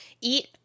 Eat